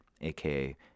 aka